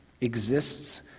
exists